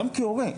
גם כהורה,